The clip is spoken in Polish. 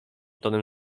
tonem